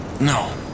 No